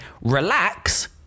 relax